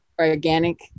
organic